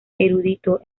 erudito